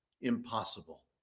impossible